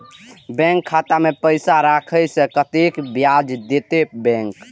Bank खाता में पैसा राखे से कतेक ब्याज देते बैंक?